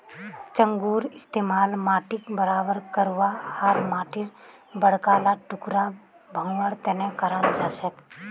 चंघूर इस्तमाल माटीक बराबर करवा आर माटीर बड़का ला टुकड़ा भंगवार तने कराल जाछेक